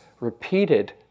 repeated